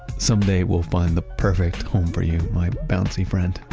someday we'll find the perfect home for you, my bouncy friend.